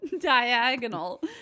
diagonal